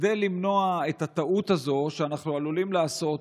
כדי למנוע את הטעות הזו שאנחנו עלולים לעשות,